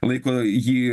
laiko jį